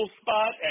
spot